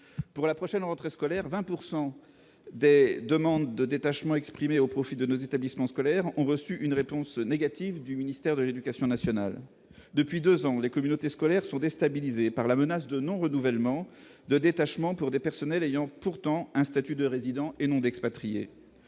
pour la prochaine rentrée scolaire : 20 pourcent des des demandes de détachement au profit de nos établissements scolaires ont reçu une réponse négative du ministère de l'Éducation nationale depuis 2 ans, les communautés scolaires sont déstabilisés par la menace de non-renouvellement de détachement pour des personnels ayant pourtant un statut de résident et non d'expatriés